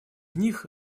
них